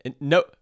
no